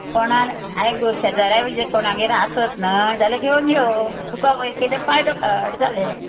कोणान आयक गो शेजाऱ्या बीजे कोणागेर आसत न्हय जाल्या घेवन यो तुका किदें फायदो काड जालें